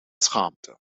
schaamte